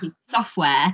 software